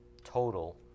Total